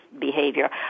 behavior